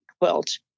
quilt